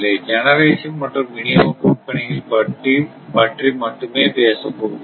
generation மற்றும் விநியோக கம்பெனிகள் பற்றி மட்டுமே பேசப்போகிறோம்